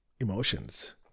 emotions